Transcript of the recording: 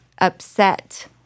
upset